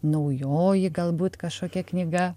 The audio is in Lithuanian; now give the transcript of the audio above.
naujoji galbūt kažkokia knyga